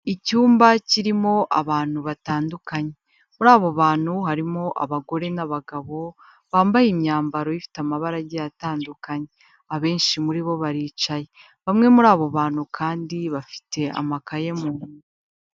Icyumba kirimo abantu batandukanye. Muri abo bantu harimo abagore n'abagabo bambaye imyambaro ifite amabara agiye atandukanye. Abenshi muri bo baricaye. Bamwe muri abo bantu kandi bafite amakaye mu ntoki.